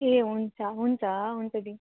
ए हुन्छ हुन्छ दिदी